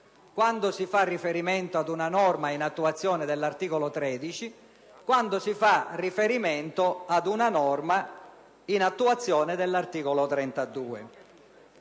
quando si fa riferimento ad una norma in attuazione dell'articolo 2, quando invece si fa riferimento ad una norma in attuazione dell'articolo 13